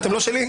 אתם לא שלי?